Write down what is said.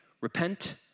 repent